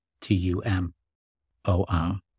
T-U-M-O-R